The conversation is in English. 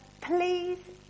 Please